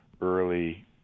early